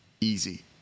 easy